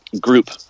group